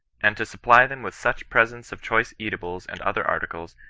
and to supply them with such presents of choice eatables and other articles,